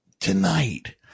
Tonight